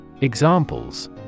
Examples